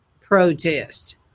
protests